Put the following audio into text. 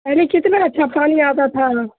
پہلے کتنا اچھا پانی آتا تھا